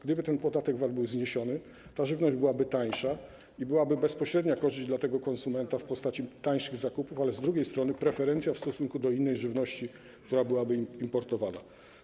Gdyby ten podatek VAT był zniesiony, ta żywność byłaby tańsza i byłaby bezpośrednia korzyść dla konsumenta w postaci tańszych zakupów, a z drugiej strony preferencja w stosunku do innej żywności, która byłaby importowana.